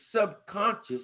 subconscious